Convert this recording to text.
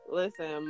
listen